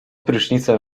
prysznicem